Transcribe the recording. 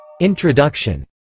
Introduction